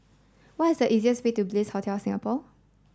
what is the easiest way to Bliss Hotel Singapore